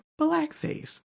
blackface